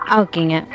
okay